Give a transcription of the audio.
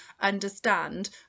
understand